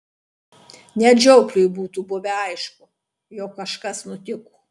net žiopliui būtų buvę aišku jog kažkas nutiko